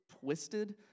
twisted